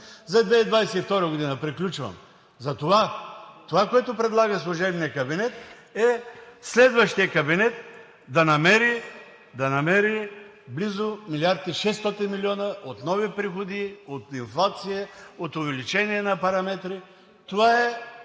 за 2022 г. Приключвам – това, което предлага служебният кабинет, е следващият кабинет да намери близо милиард и шестстотин милиона от нови приходи, от инфлация, от увеличение на параметри – това е